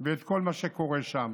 ואת כל מה שקורה שם,